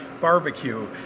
barbecue